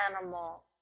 animal